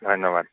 ধন্য়বাদ